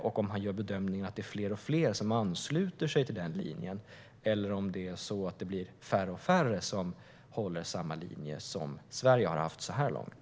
Gör statsrådet bedömningen att det är fler och fler som ansluter sig till den linjen, eller blir det färre och färre som håller samma linje som Sverige har haft så här långt?